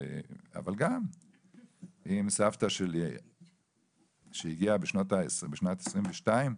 אבל סבתא שלי שהגיעה בשנת 22',